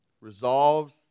resolves